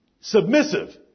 submissive